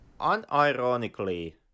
unironically